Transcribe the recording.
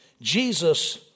Jesus